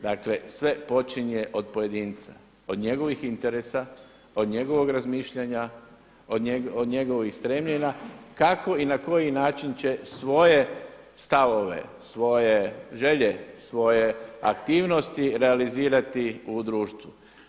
Dakle, sve počinje od pojedinca, od njegovih interesa, od njegovog razmišljanja, od njegovih stremljenja kako i na koji način će svoje stavove, svoje želje, svoje aktivnosti realizirati u društvu.